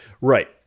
Right